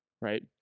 Right